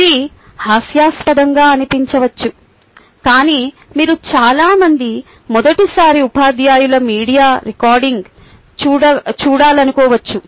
ఇది హాస్యాస్పదoగా అనిపించవచ్చు కానీ మీరు చాలా మంది మొదటిసారి ఉపాధ్యాయుల వీడియో రికార్డింగ్ చూడాలనుకోవచ్చు